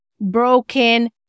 broken